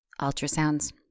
Ultrasounds